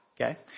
Okay